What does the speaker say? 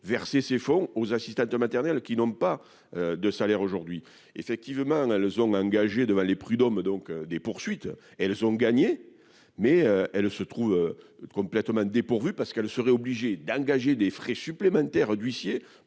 versé ces fonds aux assistantes de maternelles qui n'ont pas de salaire, aujourd'hui effectivement la leçon engagée devant les prud'hommes, donc des poursuites, elles ont gagné, mais elles se trouvent complètement dépourvu parce qu'elle serait obligée d'engager des frais supplémentaires d'huissier